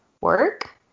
work